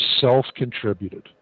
self-contributed